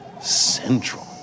central